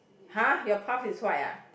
!huh! your path is white ah